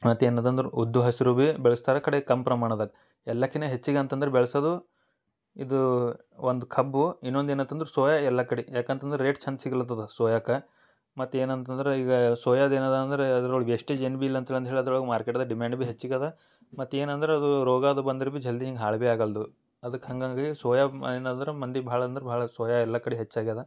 ಮತ್ತು ಏನಿದೆ ಅಂದ್ರೆ ಉದ್ದು ಹೆಸರು ಬೀ ಬೆಳೆಸ್ತಾರ್ ಆ ಕಡೆ ಕಮ್ಮಿ ಪ್ರಮಾಣದಾಗೆ ಎಲ್ಲಕ್ಕಿಂತ ಹೆಚ್ಚಿಗೆ ಅಂತಂದ್ರೆ ಬೆಳ್ಸೋದು ಇದು ಒಂದು ಕಬ್ಬು ಇನ್ನೊಂದು ಏನಂತ ಅಂದ್ರೆ ಸೋಯಾ ಎಲ್ಲ ಕಡೆ ಯಾಕೆ ಅಂತಂದ್ರೆ ರೇಟ್ ಚೆಂದ ಸಿಗ್ಲತ್ತಿದೆ ಸೋಯಾಕ್ಕೆ ಮತ್ತು ಏನು ಅಂತಂದ್ರೆ ಈಗ ಸೋಯಾದ್ದು ಏನಿದೆ ಅಂದ್ರೆ ಅದ್ರೊಳ್ಗೆ ವೆಸ್ಟೇಜ್ ಏನು ಬಿ ಇಲ್ಲ ಅಂತ ಹೇಳಿ ಅಂತ ಹೇಳಿ ಅದ್ರೊಳಗೆ ಮಾರ್ಕೆಟ್ದಾಗೆ ಡಿಮಾಂಡ್ ಬಿ ಹೆಚ್ಚಿಗೆ ಇದೆ ಮತ್ತು ಏನಂದ್ರೆ ಅದು ರೋಗ ಬಂದ್ರೆ ಬಿ ಜಲ್ದಿ ಹಿಂಗೆ ಹಾಳು ಬಿ ಆಗದು ಅದಕ್ಕೆ ಹಾಗಾಗಿ ಸೋಯಾ ಏನಂದ್ರೆ ಮಂದಿ ಭಾಳ ಅಂದ್ರೆ ಭಾಳ ಸೋಯಾ ಎಲ್ಲ ಕಡೆ ಹೆಚ್ಚಾಗಿದೆ